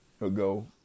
ago